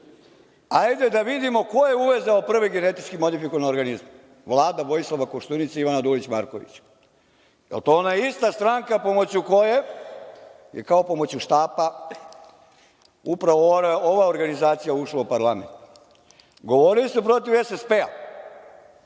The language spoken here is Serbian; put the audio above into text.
Hajde da vidimo ko je uvezao prvi genetički modifikovane organizme? Vlada Vojislava Koštunice i Ivana Dulić Marković. Jel to ona ista stranka pomoću koje je kao pomoću štapa upravo ova organizacija ušla u parlament? Govorili su protiv SSP,